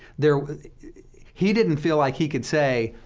there he didn't feel like he could say,